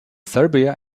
serbia